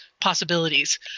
possibilities